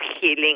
healing